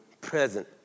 present